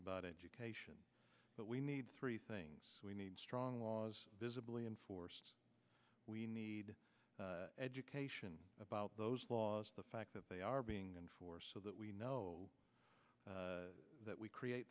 about education but we need three things we need strong laws visibly enforced we need education about those laws the fact that they are being and for so that we know that we create